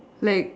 like